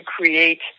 create